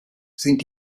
sind